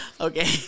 Okay